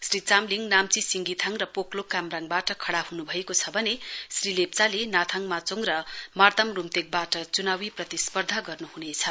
श्री चामलिङ नाम्ची सिङ्गीथाङ र पोकलोक कामराङबाट खडा हुनु भएको छ भने श्री लेप्चाले नाथाङ माचोङ र मार्ताम रूम्तेकबाट चुनावी प्रतिस्पर्धा गर्नु हुनेछ